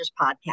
Podcast